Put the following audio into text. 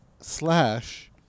Slash